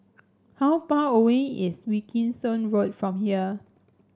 how far away is Wilkinson Road from here